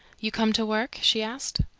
you come to work? she asked.